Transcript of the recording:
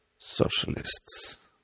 socialists